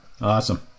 Awesome